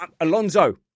Alonzo